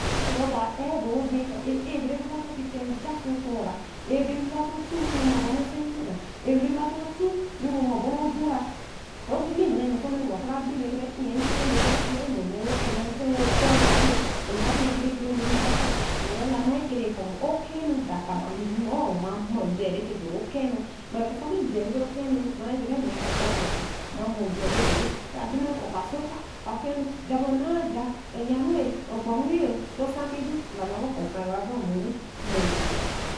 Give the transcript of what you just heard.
Ntor oba ɛbo wo gbi kɔ̃ a'ɛh’ be ke baba tite nja so otor-ɛh bre baba to chu we wemo oborũ-ɛh nsewine-ɛh a'ɛh be boba to chu we wemo oboru-ɛh ro gbigbii ogoru-nu-u wa kra gbi bre ke intite be kra chu-nneh we inma oti te wo okɔ̃ebii okbi kerekerenu reja-akaa ndori kamai ɛrã-a kɔ̃ okenuu dorkaa mi non ma nbee reke dori kehuu gbere kɔ̃ sa bi nbee nja-ɛh okehuu mara deri mi a-a osoba’ mi nbee re dori ɛkra bina oka si oka oka kennu jah bor onaa ja ɛyaaweh ogbo-ooh nto osa ki ju nlamaba kɔ̃ osa reba baa muru nne gita